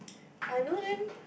I know them